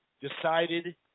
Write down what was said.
decided